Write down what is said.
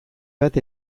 bat